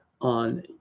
on